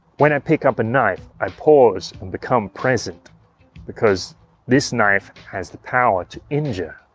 when i pick up a knife i pause and become present because this knife has the power to injure.